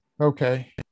Okay